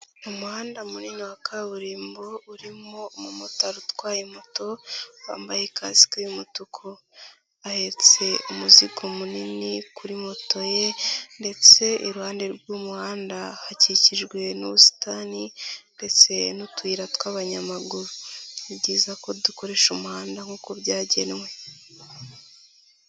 Umuhanda munini wa kaburimbo urimo umumotari utwaye moto, wambaye kasike y'umutuku. Ahetse umuzigo munini kuri moto ye ndetse iruhande rw'umuhanda hakikijwe n'ubusitani ndetse n'utuyira tw'abanyamaguru. Ni byiza ko dukoresha umuhanda nkuko byagenwe.